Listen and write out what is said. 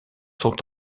sont